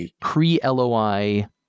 pre-LOI